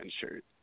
shirt